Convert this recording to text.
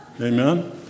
Amen